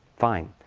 fine.